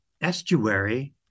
estuary